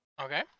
Okay